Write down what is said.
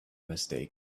mistake